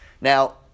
Now